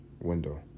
window